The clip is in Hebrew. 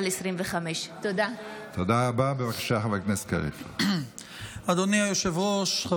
עוד אבקש להודיעכם, כי בהתאם לסעיף 96 לתקנון